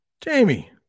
jamie